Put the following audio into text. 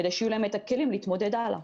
כדי שיהיו להן את הכלים להתמודד הלאה.